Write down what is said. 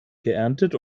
geerntet